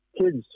kids